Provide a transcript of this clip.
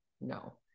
no